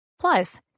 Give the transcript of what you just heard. Plus